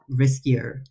riskier